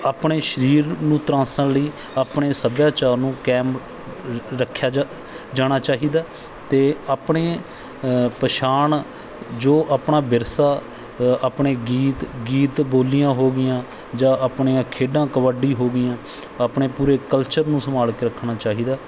ਆਪਣੇ ਸਰੀਰ ਨੂੰ ਤਰਾਸ਼ਣ ਲਈ ਆਪਣੇ ਸੱਭਿਆਚਾਰ ਨੂੰ ਕਾਇਮ ਰੱ ਰੱਖਿਆ ਜਾ ਜਾਣਾ ਚਾਹੀਦਾ ਅਤੇ ਆਪਣੇ ਪਛਾਣ ਜੋ ਆਪਣਾ ਵਿਰਸਾ ਆਪਣੇ ਗੀਤ ਗੀਤ ਬੋਲੀਆਂ ਹੋ ਗਈਆਂ ਜਾਂ ਆਪਣੇ ਆ ਖੇਡਾਂ ਕਬੱਡੀ ਹੋ ਗਈਆਂ ਆਪਣੇ ਪੂਰੇ ਕਲਚਰ ਨੂੰ ਸੰਭਾਲ ਕੇ ਰੱਖਣਾ ਚਾਹੀਦਾ